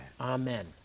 Amen